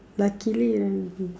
luckily then